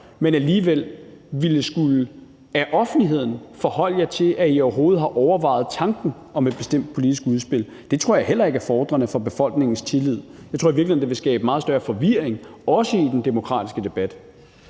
I alligevel skulle forholde jer til over for offentligheden, at I overhovedet har overvejet tanken om et bestemt politisk udspil. Det tror jeg heller ikke er befordrende for befolkningens tillid. Jeg tror i virkeligheden, det vil skabe meget større forvirring, også i den demokratiske debat.